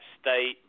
state